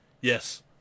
Yes